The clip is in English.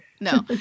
no